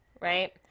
Right